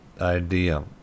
idea